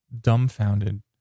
dumbfounded